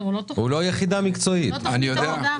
הוא לא יחידה מקצועית,